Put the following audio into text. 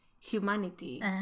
humanity